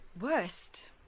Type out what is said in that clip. worst